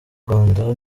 rwanda